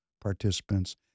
participants